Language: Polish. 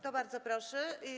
To bardzo proszę.